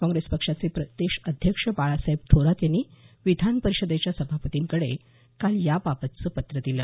काँग्रेस पक्षाचे प्रदेश अध्यक्ष बाळासाहेब थोरात यांनी विधान परिषदेच्या सभापतींकडे काल याबाबतचं पत्र दिलं